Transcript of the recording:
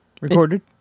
Recorded